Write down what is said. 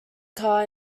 car